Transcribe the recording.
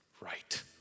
right